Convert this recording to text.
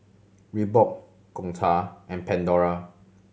Reebok Gongcha and Pandora